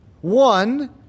One